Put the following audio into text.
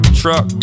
truck